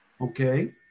Okay